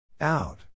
out